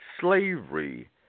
slavery